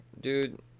Dude